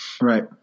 Right